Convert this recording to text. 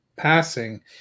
passing